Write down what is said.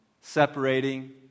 separating